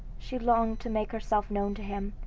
she longed to make herself known to him,